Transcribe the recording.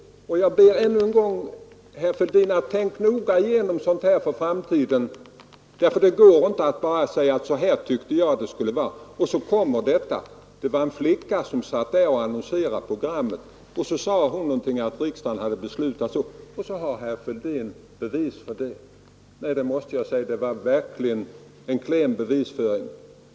Jag ber än en gång herr Fälldin att noga tänka igenom detta för framtiden. Det går inte att bara säga att så här tycker jag det skall vara — och sedan åberopade herr Fälldin att det var en flicka som annonserade programmet, och hon sade att riksdagen hade beslutat, och så hade herr Fälldin de önskade bevisen. Jag måste säga att det var verkligen en klen bevisföring!